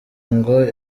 ngo